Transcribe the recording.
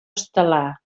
estel·lar